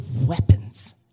weapons